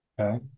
Okay